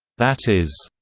that is,